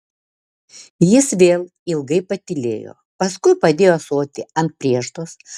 jis vėl ilgai patylėjo paskui padėjo ąsotį ant prieždos